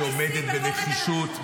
שעומדת בנחישות,